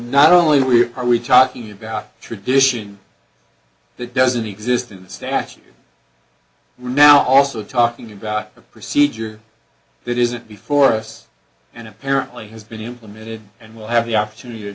not only were we talking about tradition that doesn't exist in the statute we're now also talking about a procedure that isn't before us and apparently has been implemented and we'll have the opportunity to